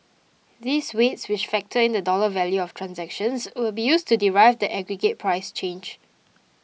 these weights which factor in the dollar value of transactions will be used to derive the aggregate price change